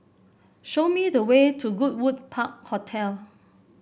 show me the way to Goodwood Park Hotel